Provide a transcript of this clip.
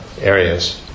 areas